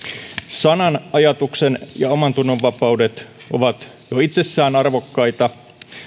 sanan ajatuksen ja omantunnon vapaudet ovat jo itsessään arvokkaita